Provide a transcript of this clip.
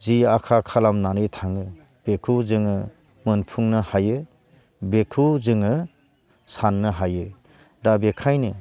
जि आखा खालामनानै थाङो बेखौ जोङो मोनफुंनो हायो बेखौ जोङो साननो हायो दा बेखायनो